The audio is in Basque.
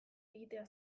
egitea